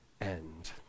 end